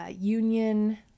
Union